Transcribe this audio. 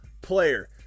player